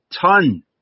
ton